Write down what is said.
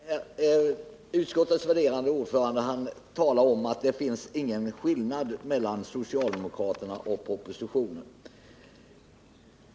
Herr talman! Utskottets värderade ordförande talar om att det inte finns någon skillnad mellan socialdemokraterna och utskottsmajoriteten.